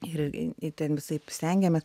ir ten visaip stengėmės